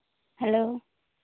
hello